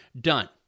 done